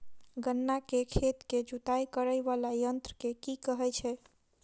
गन्ना केँ खेत केँ जुताई करै वला यंत्र केँ की कहय छै?